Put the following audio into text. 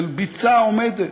של ביצה עומדת.